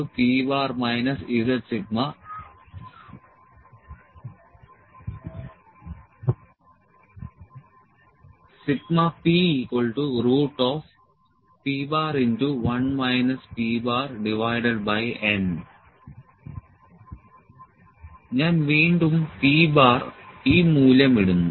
L p zσ p p n ഞാൻ വീണ്ടും p bar ഈ മൂല്യം ഇടുന്നു